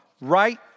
right